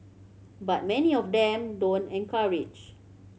but many of them don't encourage